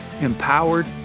empowered